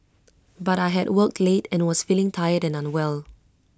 but I had worked late and was feeling tired and unwell